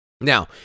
Now